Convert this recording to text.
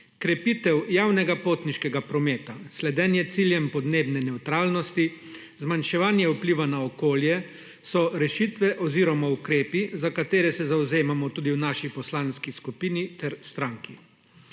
Krepitev javnega potniškega prometa, sledenje ciljem podnebne nevtralnosti, zmanjševanje vpliva na okolje, so rešitve oziroma ukrepi, za katere se zavzemamo tudi v naši poslanski skupini ter stranki.